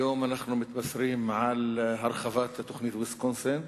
היום אנחנו מתבשרים על הרחבת תוכנית ויסקונסין.